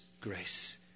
grace